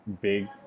big